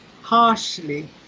harshly